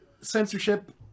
censorship